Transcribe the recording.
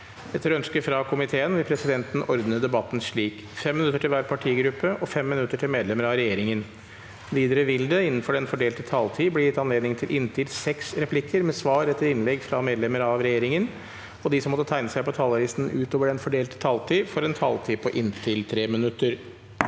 Etter ønske fra næringsko- miteen vil presidenten ordne debatten slik: 3 minutter til hver partigruppe og 3 minutter til medlemmer av regjeringa. Videre vil det – innenfor den fordelte taletid – bli gitt anledning til inntil seks replikker med svar etter innlegg fra medlemmer av regjeringa, og de som måtte tegne seg på talerlista utover den fordelte taletid, får også en taletid på inntil 3 minutter.